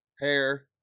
hair